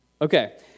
Okay